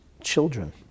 children